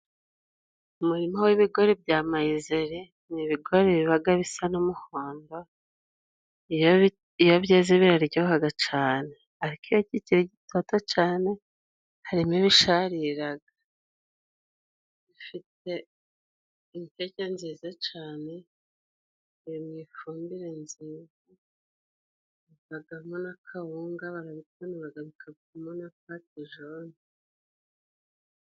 Umurima w'ibigori bya Mayizeri, ni ibigori bibaga bisa n'umuhondo, iyo byeze biraryohaga cane. Ariko iyo bikiri bitoto cane, harimo ibishariraga. Bifite intete nziza cane, biri mu ifumbire nziza, bivagamo n'akawunga, barabitonoraga bikavamo patejone.